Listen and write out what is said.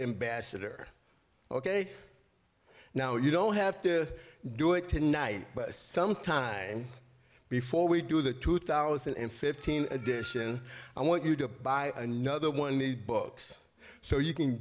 ambassador ok now you don't have to do it tonight but sometime before we do the two thousand and fifteen edition i want you to buy another one of the books so you can